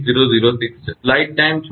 8006 છે